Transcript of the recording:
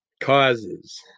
Causes